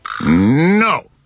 No